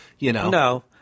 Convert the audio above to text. No